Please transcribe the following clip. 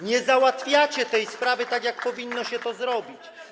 Nie załatwiacie tej sprawy tak, jak powinno się to zrobić.